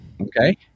Okay